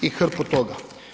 I hrpu toga.